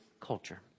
culture